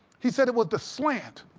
he said it was the slant.